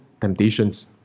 temptations